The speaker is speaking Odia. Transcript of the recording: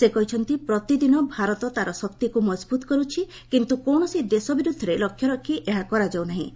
ସେ କହିଚ୍ଚନ୍ତି ପ୍ରତିଦିନ ଭାରତ ତା'ର ଶକ୍ତିକୁ ମଜବୁତ କରୁଛି କିନ୍ତୁ କୌଣସି ଦେଶ ବିରୁଦ୍ଧରେ ଲକ୍ଷ୍ୟ ରଖି ଏହା କରାଯାଉ ନାହିଁ